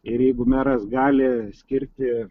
ir jeigu meras gali skirti